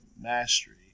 Mastery